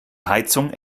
heizung